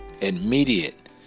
immediate